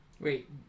Wait